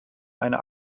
eine